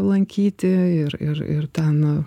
lankyti ir ir ir tą na